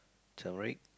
tumeric